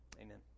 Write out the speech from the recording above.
amen